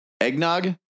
eggnog